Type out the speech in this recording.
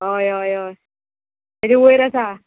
हय हय हय तेजे वयर आसा